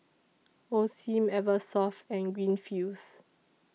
Osim Eversoft and Greenfields